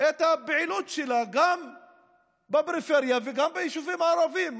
את הפעילות שלה גם בפריפריה וגם ביישובים הערביים?